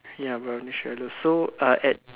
ya brownish yellow so uh at